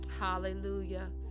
Hallelujah